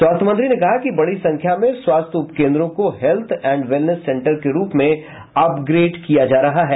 स्वास्थ्य मंत्री ने कहा कि बड़ी संख्या में स्वास्थ्य उपकेन्द्रों को हेल्थ एंड वेलनेस सेंटर के रूप में अपग्रेड किया जा रहा है